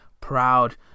proud